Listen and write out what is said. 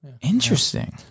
Interesting